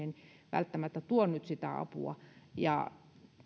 välttämättä tuo nyt sitä apua